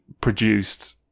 produced